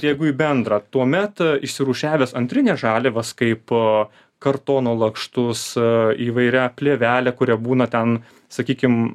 jeigu į bendrą tuomet išsirūšiavęs antrines žaliavas kaip a kartono lakštus a įvairia plėvele kuria būna ten sakykim